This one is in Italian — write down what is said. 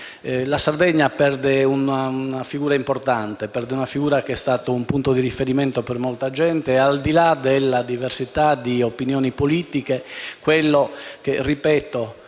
La Sardegna perde una figura importante, che è stata un punto di riferimento per molta gente. Al di là della diversità delle opinioni politiche, quello che si